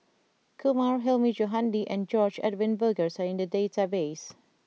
Kumar Hilmi Johandi and George Edwin Bogaars are in the database